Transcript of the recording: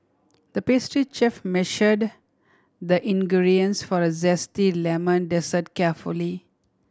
the pastry chef measured the ingredients for a zesty lemon dessert carefully